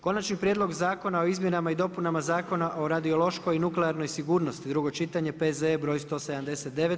Konačni prijedlog Zakona o izmjenama i dopunama Zakona o radiološkoj i nuklearnoj sigurnosti, drugo čitanje, P.Z.E. br. 179.